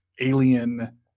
Alien